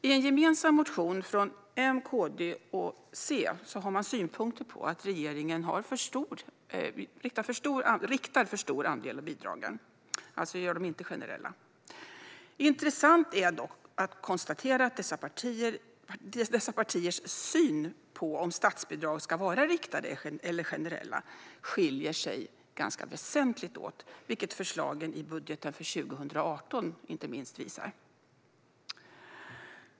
I en gemensam motion från M, KD och C har man synpunkter på att regeringen riktar för stor andel av bidragen i stället för att göra dem generella. Intressant är dock att konstatera att dessa partiers syn på om statsbidragen ska vara riktade eller generella skiljer sig ganska väsentligt åt, vilket inte minst förslagen till budget för 2018 visar.